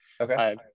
okay